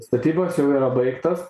statybos jau yra baigtos